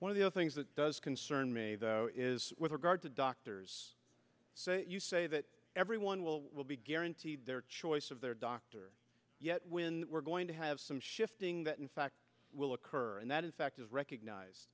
one of the things that does concern me though is with regard to doctors you say that everyone will will be guaranteed their choice of their doctor yet when we're going to have shifting that in fact will occur and that in fact recognize